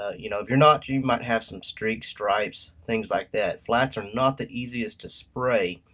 ah you know if you're not, you might have some streak stripes, things like that. flats are not the easiest to spray,